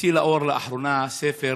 הוציא לאור לאחרונה ספר